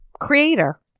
creator